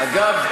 אגב,